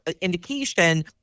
indication